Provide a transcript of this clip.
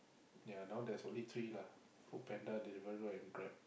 ya now there's only three lah Food-Panda Deliveroo and Grab